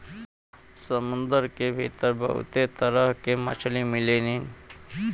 समुंदर के भीतर बहुते तरह के मछली मिलेलीन